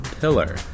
Pillar